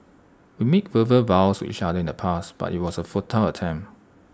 we made verbal vows to each other in the past but IT was A futile attempt